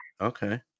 Okay